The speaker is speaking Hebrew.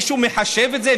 מישהו מחשב את זה?